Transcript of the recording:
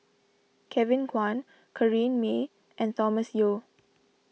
Kevin Kwan Corrinne May and Thomas Yeo